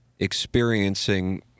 experiencing